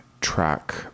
track